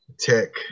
Tick